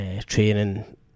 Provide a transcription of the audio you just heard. training